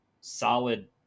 solid